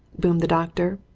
boomed the doctor.